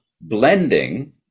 blending